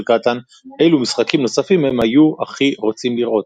קטאן אילו משחקים נוספים הם היו הכי רוצים לראות.